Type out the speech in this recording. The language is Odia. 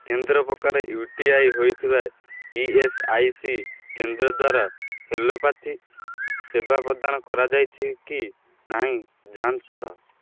କେନ୍ଦ୍ର ପ୍ରକାର ୟୁ ଟି ଆଇ ହେଇଥିବା ଇ ଏସ୍ ଆଇ ସି କେନ୍ଦ୍ର ଦ୍ୱାରା ଏଲୋପାଥି ସେବା ପ୍ରଦାନ କରାଯାଇଛି କି ନାହିଁ ଯାଞ୍ଚ କର